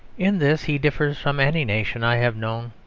in this he differs from any nation i have known,